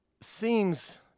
seems